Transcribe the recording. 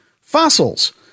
fossils